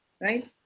right